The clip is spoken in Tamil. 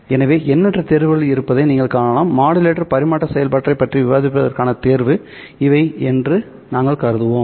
எனவே எண்ணற்ற தேர்வுகள் இருப்பதை நீங்கள் காணலாம் மாடுலேட்டர் பரிமாற்ற செயல்பாட்டைப் பற்றி விவாதிப்பதற்கான தேர்வு இவை என்று நாங்கள் கருதுவோம்